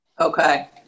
Okay